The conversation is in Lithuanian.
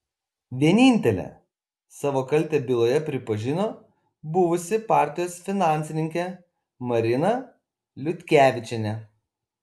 vienintelė savo kaltę byloje pripažino buvusi partijos finansininkė marina liutkevičienė